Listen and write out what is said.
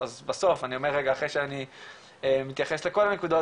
אז בסוף אני אומר רגע אחרי שאני מתייחס לכל הנקודות,